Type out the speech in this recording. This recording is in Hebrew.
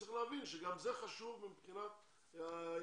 צריך להבין שגם זה חשוב מבחינת היחסים